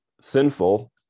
sinful